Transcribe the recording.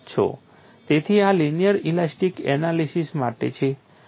તેથી આ linear elastic analysis માટે છે